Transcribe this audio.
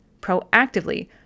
proactively